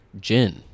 gin